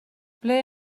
ble